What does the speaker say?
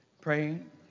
praying